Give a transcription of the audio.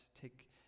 take